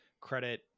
credit